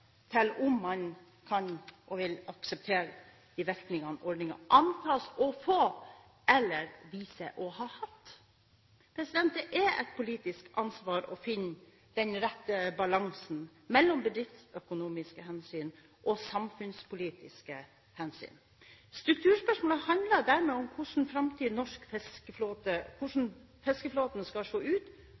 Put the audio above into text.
til om man kan og vil akseptere de virkningene ordningen antas å få eller viser seg å ha hatt. Det er et politisk ansvar å finne den rette balansen mellom bedriftsøkonomiske og samfunnspolitiske hensyn. Strukturspørsmålet handler dermed om hvordan framtidens norske fiskeflåte skal se ut,